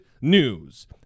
news